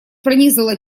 пронизала